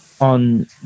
on